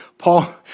Paul